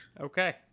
Okay